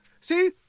See